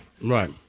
Right